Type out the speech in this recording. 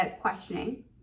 questioning